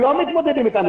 לא מתמודדים איתנו,